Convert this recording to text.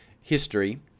history